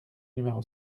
numéro